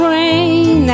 rain